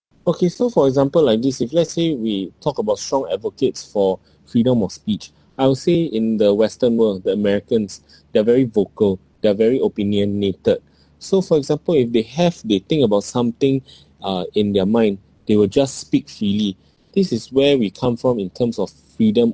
okay so for example like this if let's say we talk about strong advocates for freedom of speech I would say in the western world the americans they are very vocal they're very opinionated so for example if they have they think about something uh in their mind they will just speak freely this is where we come from in terms of freedom